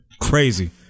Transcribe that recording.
Crazy